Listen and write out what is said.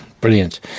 brilliant